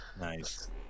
Nice